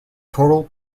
total